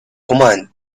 command